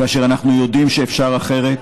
כאשר אנחנו יודעים שאפשר אחרת.